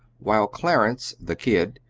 while clarence, the kid,